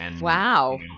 Wow